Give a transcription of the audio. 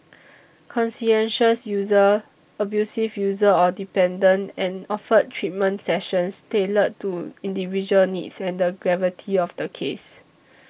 conscientious user abusive user or dependent and offered treatment sessions tailored to individual needs and the gravity of the case